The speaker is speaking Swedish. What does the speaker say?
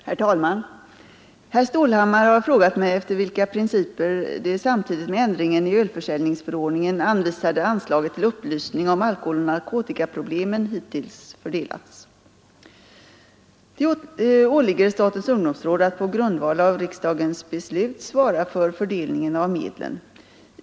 Herr talman! Herr Stålhammar har frågat mig efter vilka principer det samtidigt med ändringen i ölförsäljningsförordningen anvisade anslaget till upplysning om alkoholoch narkotikaproblemen hittills fördelats. Det åligger statens ungdomsråd att på grundval av riksdagens beslut svara för fördelningen av medlen.